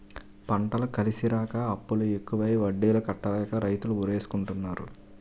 పంటలు కలిసిరాక అప్పులు ఎక్కువై వడ్డీలు కట్టలేక రైతులు ఉరేసుకుంటన్నారు